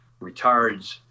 retards